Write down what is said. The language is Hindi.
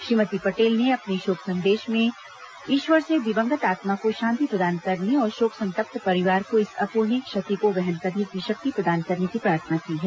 श्रीमती पटेल ने अपने शोक सन्देश में ईश्वर से दिवंगत आत्मा को शान्ति प्रदान करने और शोक संतप्त परिवार को इस अपूरणीय क्षति को वहन करने की शक्ति प्रदान करने की प्रार्थना की है